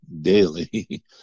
daily